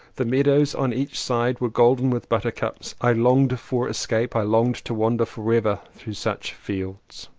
the meadows on each side were golden with buttercups. i longed for escape, i longed to wander forever through such fields!